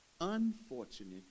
unfortunate